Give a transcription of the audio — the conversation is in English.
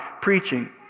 preaching